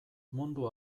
mundu